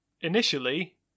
Initially